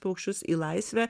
paukščius į laisvę